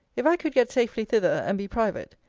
if i could get safely thither, and be private,